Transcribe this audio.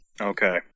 Okay